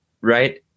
right –